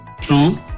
two